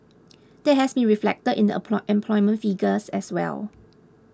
that has been reflected in the employment figures as well